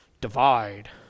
divide